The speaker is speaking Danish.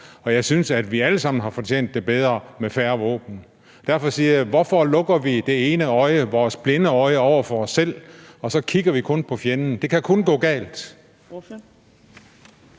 og jeg synes, at vi alle sammen har fortjent det bedre med færre våben. Derfor siger jeg: Hvorfor vender vi det blinde øje til, når det handler om os selv? Vi kigger kun på fjenden. Det kan kun gå galt.